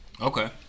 Okay